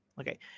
Okay